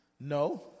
No